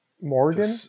Morgan